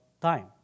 time